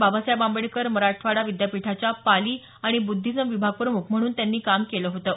बाबासाहेब आंबेडकर मराठा विद्यापीठाच्या पाली आणि बुद्धिझम विभागप्रमुख म्हणून त्यांनी काम केलं होतं